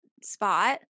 spot